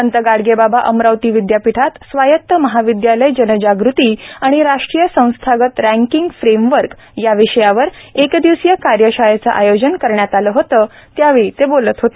संत गाडगे बाबा अमरावती विदयापीठात स्वायत महाविदयालय जनजागृती आणि राष्ट्रीय संस्थागत रँकींग फ्रेमवर्क या विषयावर एक दिवसीय कार्यशाळेचे आयोजन करण्यात आले होते त्यावेळी बोलत होते